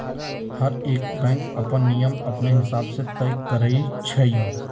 हरएक बैंक अप्पन नियम अपने हिसाब से तय करई छई